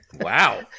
Wow